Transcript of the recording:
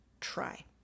try